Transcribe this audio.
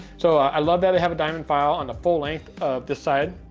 so i love that i have a diamond file on the full length of this side.